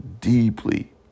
deeply